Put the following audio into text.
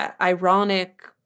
ironic